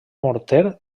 morter